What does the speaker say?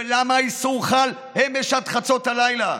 למה האיסור חל אמש עד חצות הלילה?